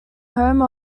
home